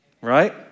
right